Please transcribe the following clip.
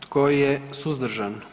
Tko je suzdržan?